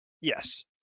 Yes